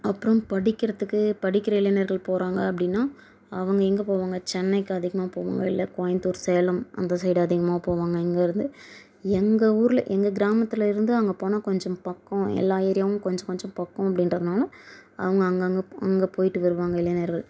அப்புறம் படிக்கிறதுக்கு படிக்கிற இளைஞர்கள் போகிறாங்க அப்படின்னா அவங்க எங்கே போவாங்க சென்னைக்கு அதிகமாக போவாங்க இல்லை கோயம்புத்துர் சேலம் அந்த சைடு அதிகமாக போவாங்க இங்கேருந்து எங்கள் ஊரில் எங்கள் கிராமத்தில் இருந்து அங்கே போனால் கொஞ்சம் பக்கம் எல்லா ஏரியாவும் கொஞ்சம் கொஞ்சம் பக்கம் அப்படின்றதுனால அவங்க அங்கங்கே அங்கே போய்ட்டு வருவாங்க இளைஞர்கள்